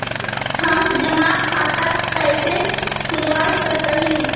हम जमा खाता कैसे खुलवा सक ही?